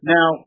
Now